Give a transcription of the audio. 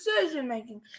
decision-making